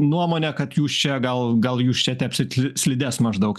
nuomonę kad jūs čia gal gal jūs čia tepsit sli slides maždaug